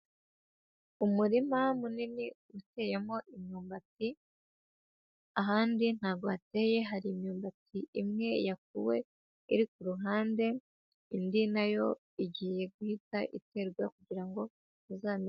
Umurima munini uteyemo imyumbati, ahandi ntabwo hateye hari imyumbati imwe yakuwe iri ku ruhande, indi nayo igiye guhita iterwa kugira ngo izamere.